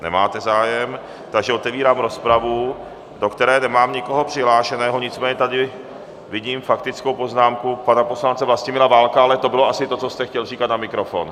Nemáte zájem, takže otevírám rozpravu, do které nemám nikoho přihlášeného, nicméně tady vidím faktickou poznámku pana poslance Vlastimila Válka, ale to bylo asi to, co jste chtěl říkat na mikrofon.